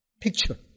picture